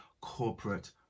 corporate